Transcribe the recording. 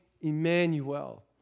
Emmanuel